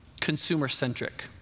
consumer-centric